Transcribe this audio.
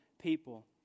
people